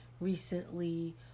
recently